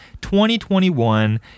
2021